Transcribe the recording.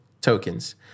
tokens